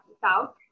south